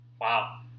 wow